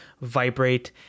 vibrate